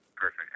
perfect